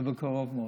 ובקרוב מאוד.